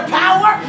power